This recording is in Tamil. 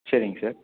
சரிங் சார்